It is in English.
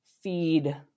feed